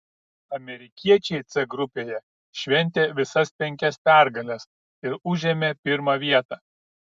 amerikiečiai c grupėje šventė visas penkias pergales ir užėmė pirmą vietą